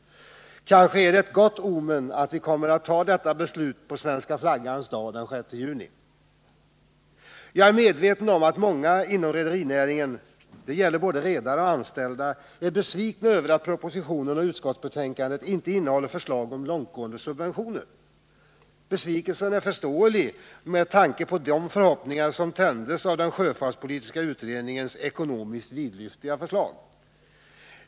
Kanske är det ett gott omen att vi kommer att ta detta beslut på Svenska flaggans dag den 6 juni! Jag är medveten om att många inom rederinäringen — det gäller både redare och anställda — är besvikna över att propositionen och utskottsbetänkandet inte innehåller förslag om långtgående subventioner. Besvikelsen är förståelig med tanke på de förhoppningar som tändes av den sjöfartspolitiska utredningens ekonomiskt vidlyftiga förslag.